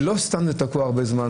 ולא סתם זה תקוע הרבה זמן,